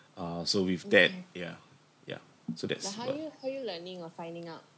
uh so with that yeah yeah so that's what